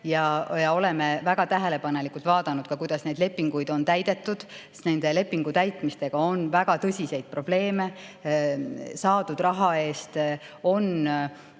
ja oleme väga tähelepanelikult vaadanud ka, kuidas neid lepinguid on täidetud. Nende lepingute täitmisega on väga tõsiseid probleeme. Saadud raha eest on